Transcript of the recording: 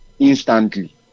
instantly